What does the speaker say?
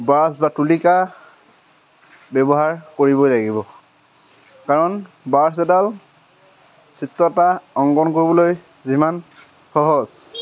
brush বা তুলিকা ব্যৱহাৰ কৰিবই লাগিব কাৰণ ব্ৰাছ এডাল চিত্ৰ এটা অংকন কৰিবলৈ যিমান সহজ